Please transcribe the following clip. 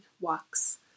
walks